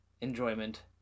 enjoyment